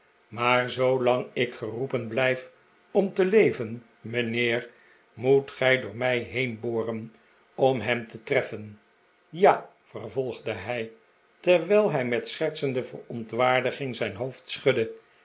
maar zoolang ik geroepen blijf om te jeven mijnheer moet gij door mij heen boren om hem te treffen ja vervolgde hij terwijl hij met schertsende verontwaardiging zijn hoofd schudde